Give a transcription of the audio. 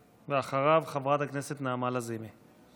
ואחריו, חברת הכנסת נעמה לזימי.